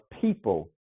people